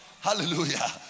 hallelujah